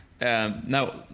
Now